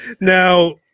Now